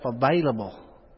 available